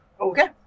Okay